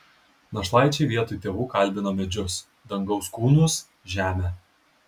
našlaičiai vietoj tėvų kalbino medžius dangaus kūnus žemę